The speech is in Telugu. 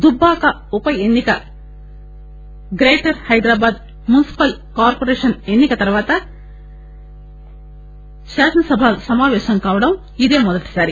దుబ్బాక ఉప ఎన్నిక గ్రేటర్ హైదరాబాద్ మున్పిపల్ కార్పొరేషన్ ఎన్ని కల తర్వాత శాసనసభ సమాపేశం కావడం ఇదే మొదటిసారి